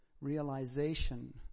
realization